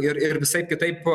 ir ir visaip kitaip